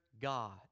God